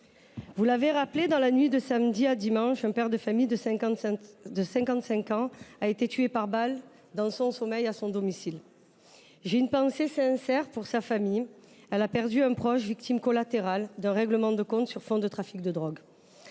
vous l’avez rappelé, dans la nuit de samedi à dimanche, un père de famille de 55 ans a été tué par balle dans son sommeil, à son domicile. J’ai une pensée sincère pour sa famille. Elle a perdu un proche, victime collatérale d’un règlement de comptes sur fond de trafic de drogue.